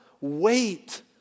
Wait